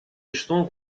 estão